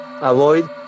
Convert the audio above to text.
avoid